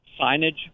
signage